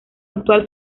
actual